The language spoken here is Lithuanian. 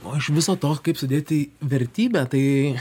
o iš viso to kaip sudėti vertybę tai